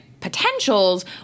potentials